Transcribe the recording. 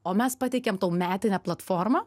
o mes pateikiam metinę platformą